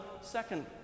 second